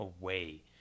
away